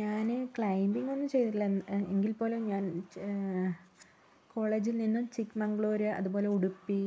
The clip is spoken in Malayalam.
ഞാന് ക്ലൈംബിംഗ് ഒന്നും ചെയ്തിട്ടില്ല എങ്കിൽപ്പോലും ഞാൻ കോളേജിൽ നിന്നും ചിക്ക്മംഗ്ളൂർ അതുപോലെ ഉഡുപ്പി